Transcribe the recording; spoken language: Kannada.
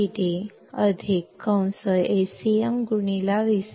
AdVd AcmVcm ಇದು Vo ಗೆ ಸಮನಾಗಿರುತ್ತದೆ